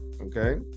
Okay